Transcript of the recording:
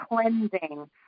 cleansing